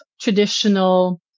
traditional